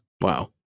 Wow